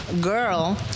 girl